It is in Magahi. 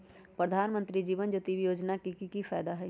प्रधानमंत्री जीवन ज्योति योजना के की फायदा हई?